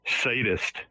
sadist